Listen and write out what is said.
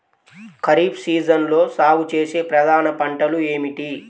ఖరీఫ్ సీజన్లో సాగుచేసే ప్రధాన పంటలు ఏమిటీ?